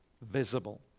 visible